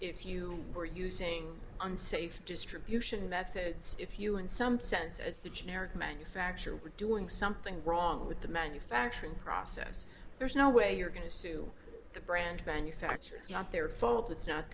if you were using unsafe distribution methods if you in some sense as the generic manufacturer were doing something wrong with the manufacturing process there's no way you're going to sue the brand manufacturer is not their fault it's not